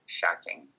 shocking